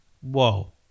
whoa